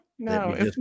No